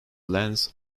lens